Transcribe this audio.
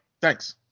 Thanks